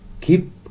keep